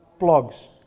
blogs